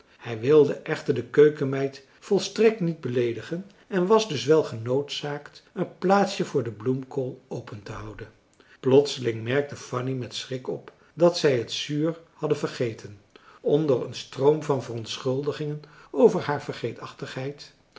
hij wilde echter de keukenmeid volstrekt niet beleedigen en was dus wel genoodzaakt een plaatsje voor de bloemkool opentehouden plotseling merkte fanny met schrik op dat zij het zuur hadden vergeten onder een stroom van verontschuldigingen over